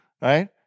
Right